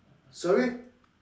sorry